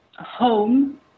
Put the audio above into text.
home